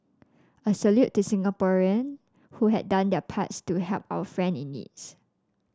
a salute to Singaporean who had done their parts to help our friend in needs